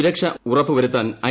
സുരക്ഷ ഉറപ്പുവരുത്താൻ ഐ